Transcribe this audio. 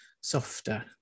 softer